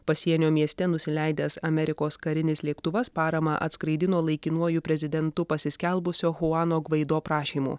pasienio mieste nusileidęs amerikos karinis lėktuvas paramą atskraidino laikinuoju prezidentu pasiskelbusio huano gvaido prašymu